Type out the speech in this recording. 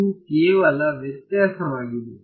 ಇದು ಕೇವಲ ವ್ಯತ್ಯಾಸವಾಗಿದೆ